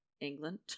england